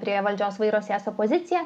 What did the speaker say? prie valdžios vairo sės opozicija